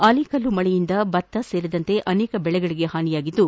ಆಲಿಕಲ್ಲು ಮಳೆಯಿಂದ ಭತ್ತ ಸೇರಿದಂತೆ ಅನೇಕ ಬೆಳೆಗಳಿಗೆ ಹಾನಿಯಾಗಿದ್ದು